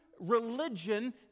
religion